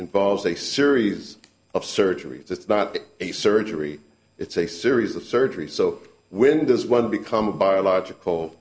involves a series of surgery it's not a surgery it's a series of surgery so when does one become a biological